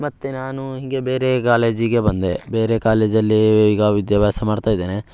ಮತ್ತೆ ನಾನು ಹೀಗೆ ಬೇರೆ ಗಾಲೇಜಿಗೆ ಬಂದೆ ಬೇರೆ ಕಾಲೇಜಲ್ಲಿ ಈಗ ವಿದ್ಯಾಭ್ಯಾಸ ಮಾಡ್ತಾ ಇದ್ದೇನೆ